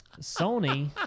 Sony